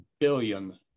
billion